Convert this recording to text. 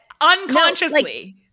unconsciously